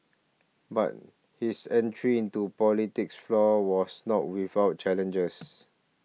but his entry into politics flaw was not without challenges